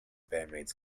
bandmates